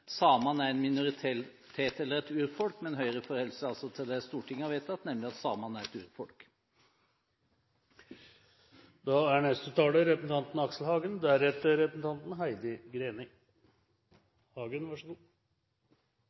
samene er en minoritet eller et urfolk, men Høyre forholder seg altså til det Stortinget har vedtatt, nemlig at samene er et